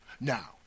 Now